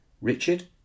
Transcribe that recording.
Richard